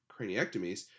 craniectomies